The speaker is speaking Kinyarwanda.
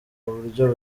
buryo